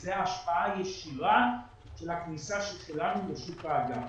זאת השפעה ישירה לכניסה של כולנו לשוק האג"ח.